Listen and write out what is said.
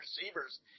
receivers